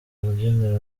urubyiniro